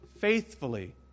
faithfully